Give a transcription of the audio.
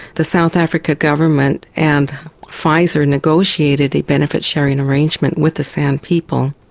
the south africa government and pfizer negotiated a benefit-sharing arrangement with the san people,